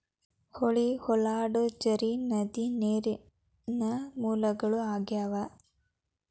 ಹೊಳಿ, ಹೊಳಡಾ, ಝರಿ, ನದಿ ನೇರಿನ ಮೂಲಗಳು ಆಗ್ಯಾವ